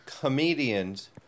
comedians